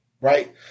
Right